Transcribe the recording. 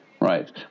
Right